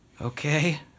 okay